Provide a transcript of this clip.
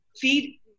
feed